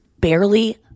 barely